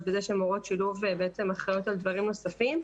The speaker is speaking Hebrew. וזה שמורות שילוב בעצם אחראיות על דברים נוספים.